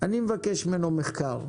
ואני מבקש ממנו מחקר: